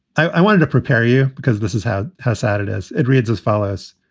i wanted to prepare you because this is how how sad it is. it reads as follows.